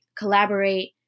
collaborate